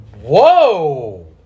Whoa